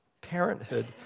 parenthood